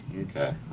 Okay